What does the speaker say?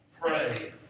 pray